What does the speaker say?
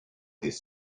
this